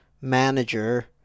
manager